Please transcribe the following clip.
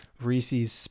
Reese's